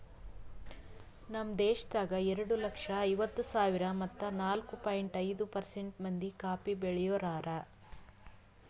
ನಮ್ ದೇಶದಾಗ್ ಎರಡು ಲಕ್ಷ ಐವತ್ತು ಸಾವಿರ ಮತ್ತ ನಾಲ್ಕು ಪಾಯಿಂಟ್ ಐದು ಪರ್ಸೆಂಟ್ ಮಂದಿ ಕಾಫಿ ಬೆಳಿಯೋರು ಹಾರ